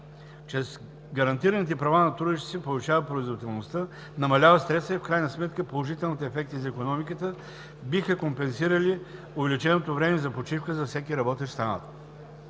че с гарантираните права на трудещите се повишава производителността, намалява се стресът и в крайна сметка положителните ефекти за икономиката биха компенсирали увеличеното време за почивка за всеки работещ в страната.